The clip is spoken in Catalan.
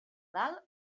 dalt